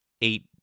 eight